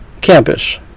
campus